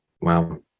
wow